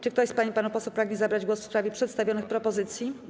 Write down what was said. Czy ktoś z pań i panów posłów pragnie zabrać głos w sprawie przedstawionych propozycji?